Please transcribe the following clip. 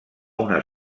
una